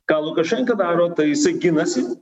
ką lukašenka daro tai jisai ginasi